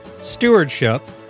stewardship